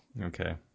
Okay